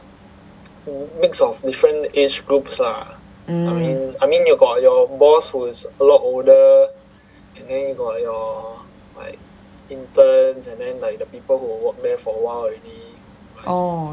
oh